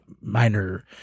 minor